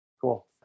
Cool